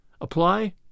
Apply